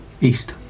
East